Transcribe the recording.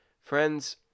Friends